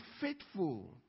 faithful